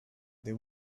they